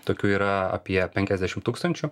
tokių yra apie penkiasdešimt tūkstančių